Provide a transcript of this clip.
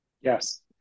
Yes